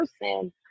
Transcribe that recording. person